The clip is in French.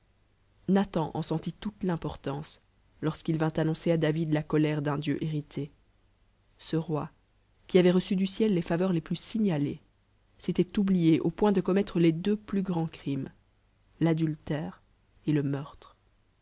nathan eu aentit toute l'impartance torsqu'j inc adiioooer il david la colère d'un dieu irrité ce roi qui avait fu du ciel les faveun les plus sigualées l'étoit oublié au point de commeun les de plus grands crimes lraduftére et